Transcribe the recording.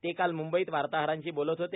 ते काल मुंबईत वार्ताहरांशी बोलत होते